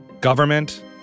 government